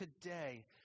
today